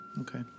Okay